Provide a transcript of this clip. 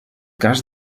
cas